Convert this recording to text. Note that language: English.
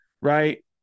right